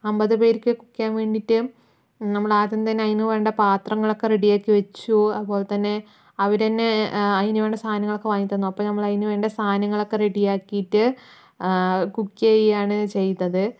അമ്പതു പേർക്ക് ഇരിക്കാൻ വേണ്ടിയിട്ട് നമ്മൾ ആദ്യം തന്നെ അതിന് വേണ്ട പാത്രങ്ങളൊക്കെ റെഡി ആക്കി വെച്ചു അതുപോലെത്തന്നെ അവരുതന്നെ അതിന് വേണ്ട സാധനങ്ങൾ ഒക്കെ വാങ്ങി തന്നു അപ്പോൾ നമ്മൾ അതിന് വേണ്ട സാധനങ്ങളൊക്കെ റെഡി ആക്കിയിട്ട് കുക്ക് ചെയ്യുകയാണ് ചെയ്തത്